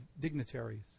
dignitaries